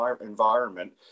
environment